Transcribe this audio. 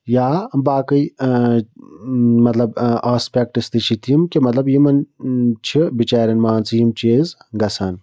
یا باقٕے مطلب آسپٮ۪کٹٕس تہِ چھِ تِم کہِ مطلب یِمَن چھِ بِچیٛارٮ۪ن مان ژٕ یِم چیٖز گَژھان